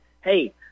hey